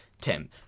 Tim